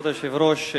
כבוד היושב-ראש,